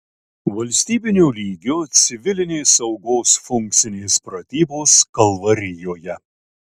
valstybinio lygio civilinės saugos funkcinės pratybos kalvarijoje